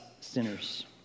sinners